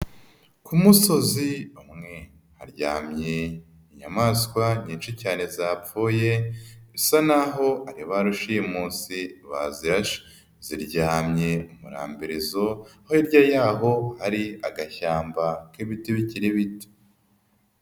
Ku musozi umwe haryamye inyamaswa nyinshi cyane zapfuye. Bisa naho ari ba rushimusi bazirashe. Ziryamye umurambirizo. Aho hirya y'aho hari agashyamba k'ibiti bikiri bito.